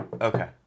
Okay